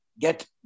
get